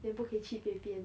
也不可以去别边